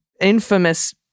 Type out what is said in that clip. infamous